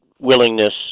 willingness